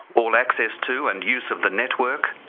all access to, and use of the network,